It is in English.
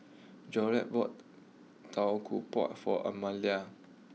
Jolette bought Tau Kwa Pau for Almedia